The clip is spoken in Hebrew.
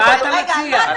מה אתה מציע?